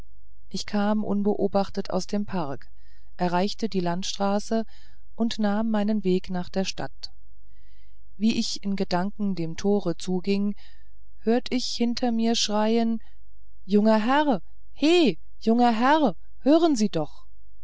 ich kam unbeachtet aus dem park erreichte die landstraße und nahm meinen weg nach der stadt wie ich in gedanken dem tore zu ging hört ich hinter mir schreien junger herr he junger herr hören sie doch